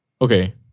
Okay